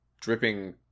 dripping